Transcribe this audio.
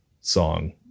song